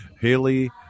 Haley